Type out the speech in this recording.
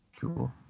Cool